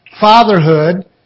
fatherhood